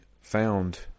found